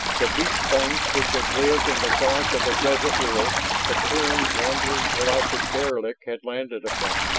the beast things which had lived in the dark of the desert world the terrans' wandering galactic derelict had landed upon.